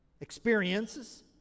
experiences